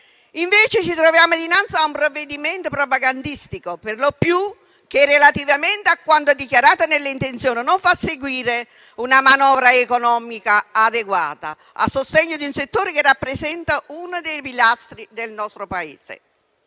Invece, ci troviamo dinanzi a un provvedimento propagandistico per lo più che, relativamente a quanto è dichiarato nelle intenzioni, non fa seguire una manovra economica adeguata a sostegno di un settore che rappresenta uno dei pilastri del nostro Paese.